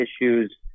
issues